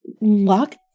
lock